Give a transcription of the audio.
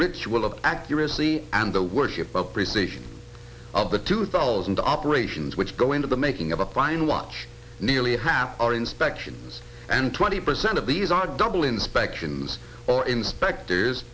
ritual of accuracy and the worship of precision of the two thousand operations which go into the making of a fine watch nearly half our inspections and twenty percent of these are double inspections or inspectors